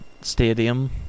stadium